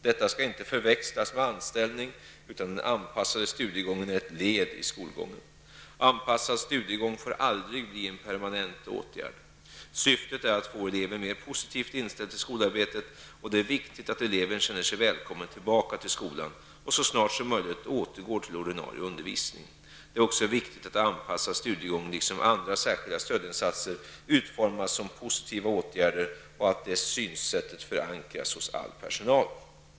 Detta skall inte förväxlas med anställning, utan den anpassade studiegången är ett led i skolgången. Anpassad studiegång får aldrig bli en permanent åtgärd. Syftet är att få eleven mer positivt inställd till skolarbetet, och det är viktigt att eleven känner sig välkommen tillbaka till skolan och så snart som möjligt återgår till ordinarie undervisning. Det är också viktigt att anpassad studiegång liksom andra särskilda stödinsatser utformas som positiva åtgärder och att det synsättet förankras hos all personal.